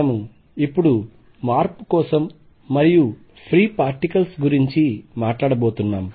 మనము ఇప్పుడు మార్పు కోసం మరియు ఫ్రీ పార్టికల్స్ గురించి మాట్లాడబోతున్నాం